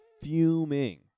fuming